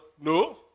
No